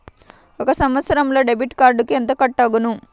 ఒక సంవత్సరంలో డెబిట్ కార్డుకు ఎంత కట్ అగును?